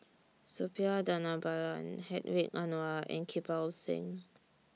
Suppiah Dhanabalan Hedwig Anuar and Kirpal Singh